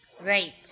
Right